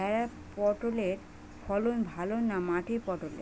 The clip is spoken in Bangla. ভেরার পটলের ফলন ভালো না মাটির পটলের?